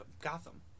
Gotham